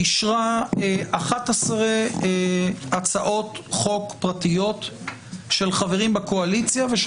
אישרה 11 הצעות חוק פרטיות של חברים בקואליציה ושל